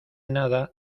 nada